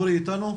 אורי איתנו?